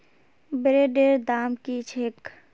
ब्रेदेर दाम की छेक